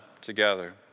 together